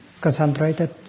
concentrated